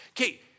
Okay